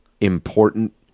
important